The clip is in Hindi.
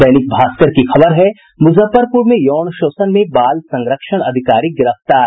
दैनिक भास्कर की खबर है मुजफ्फरपुर में यौन शोषण में बाल संरक्षण अधिकारी गिरफ्तार